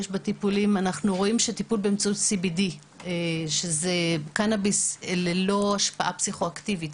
אנחנו רואים טיפול באמצעות "CBD" שזה קנאביס ללא השפעה פסיכו-אקטיבית,